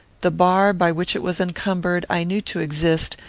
the bar by which it was encumbered i knew to exist,